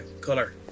color